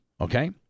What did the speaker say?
Okay